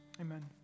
amen